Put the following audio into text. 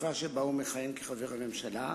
לתקופה שבה הוא מכהן כחבר הממשלה,